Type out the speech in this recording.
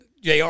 Jr